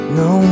no